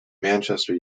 manchester